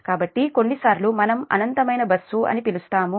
కాబట్టి కొన్నిసార్లు మనం అనంతమైన బస్సు అని పిలుస్తాము